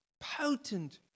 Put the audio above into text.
potent